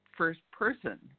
first-person